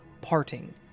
parting